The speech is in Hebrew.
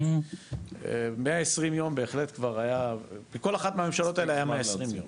זה מה שהחוק היום נותן,